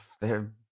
they're-